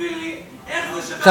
הצעות לסדר-היום מס' 1091 ו-1092.